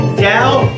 down